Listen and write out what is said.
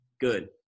good